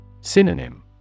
Synonym